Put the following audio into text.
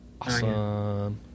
awesome